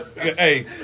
Hey